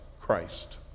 Christ